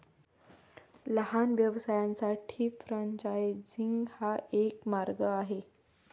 लहान व्यवसायांसाठी फ्रेंचायझिंग हा एक मार्ग आहे